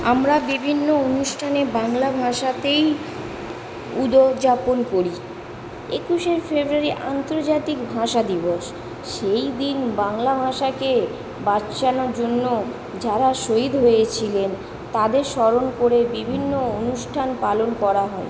আমরা বিভিন্ন অনুষ্ঠানে বাংলা ভাষাতেই উদোযাপন করি একুশে ফেব্রুয়ারি আন্তর্জাতিক ভাষা দিবস সেই দিন বাংলা ভাষাকে বাঁচানোর জন্য যারা শহিদ হয়েছিলেন তাঁদের স্মরণ করে বিভিন্ন অনুষ্ঠান পালন করা হয়